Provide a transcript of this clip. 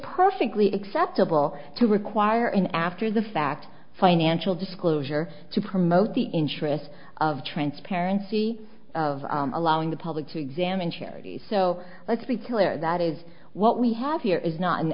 perfectly acceptable to require an after the fact financial disclosure to promote the interests of transparency of allowing the public to examine charities so let's be clear that is what we have here is not